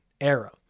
era